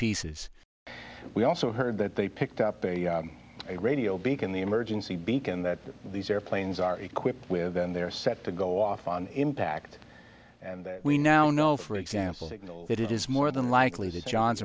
pieces we also heard that they picked up a radio beacon the emergency beacon that these airplanes are equipped with and they're set to go off on impact and we now know for example signal that it is more than likely that john